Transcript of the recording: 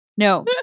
No